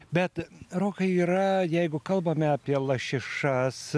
bet rokai yra jeigu kalbame apie lašišas